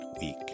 week